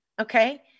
okay